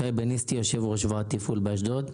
אני יושב-ראש ועד תפעול בנמל אשדוד.